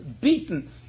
beaten